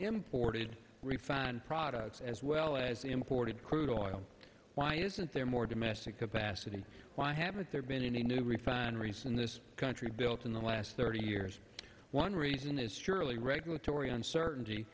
imported refined products as well as imported crude oil why isn't there more domestic capacity why haven't there been any new refineries in this country built in the last thirty years one reason is surely regulatory uncertainty